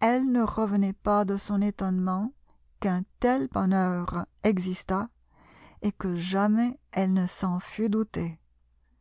elle ne revenait pas de son étonnement qu'un tel bonheur existât et que jamais elle ne